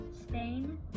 Spain